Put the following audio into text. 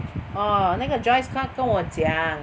orh 那个 Joyce 她跟我讲